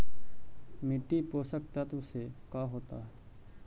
मिट्टी पोषक तत्त्व से का होता है?